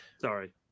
Sorry